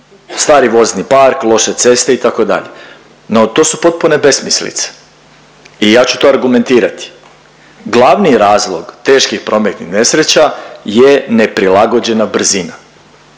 Stari vozni park, loše ceste itd. no to su potpune besmislice i ja ću to argumentirati. Glavni razlog teških prometnih nesreća je neprilagođena brzina.